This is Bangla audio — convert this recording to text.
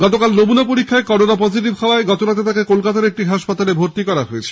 গতকাল নমুনা পরীক্ষায় করোনা পজেটিভ হওয়াতে গতরাতে তাঁকে কলকাতার একটি হাসপাতালে ভর্তি করা হয়েছে